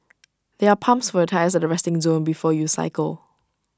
there are pumps for your tyres at the resting zone before you cycle